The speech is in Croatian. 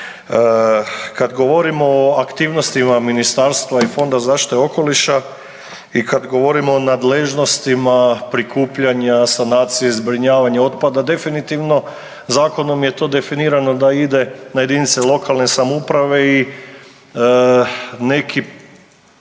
Kad govorimo o aktivnostima i Fonda za zaštitu okoliša i kad govorimo o nadležnostima prikupljanja, sanacije, zbrinjavanja otpada definitivno zakonom je to definirano da ide na jedinice lokalne samouprave i neki